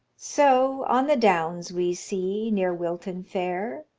so, on the downs we see, near wilton fair,